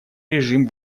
режим